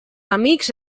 amics